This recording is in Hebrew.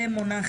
זה מונח